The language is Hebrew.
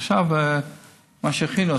עכשיו מה שהכינו.